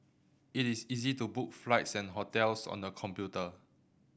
it is easy to book flights and hotels on the computer